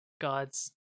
Gods